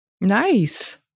Nice